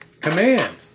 command